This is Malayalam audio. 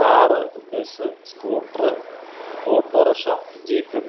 car bus scooter auto rickshaw jeep